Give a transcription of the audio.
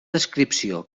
descripció